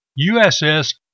USS